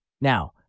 Now